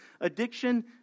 addiction